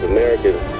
Americans